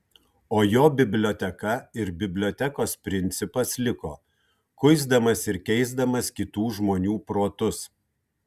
o jo biblioteka ir bibliotekos principas liko kuisdamas ir keisdamas kitų žmonių protus